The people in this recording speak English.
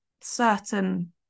certain